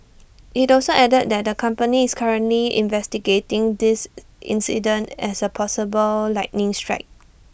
IT also added that the company is currently investigating this incident as A possible lightning strike